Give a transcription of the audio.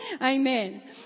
Amen